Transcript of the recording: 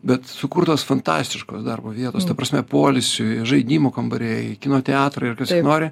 bet sukurtos fantastiškos darbo vietos ta prasme poilsiui žaidimų kambariai kino teatrai ar kas nori